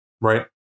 Right